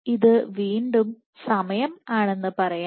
ഇത് വീണ്ടും സമയം ആണെന്ന് പറയാം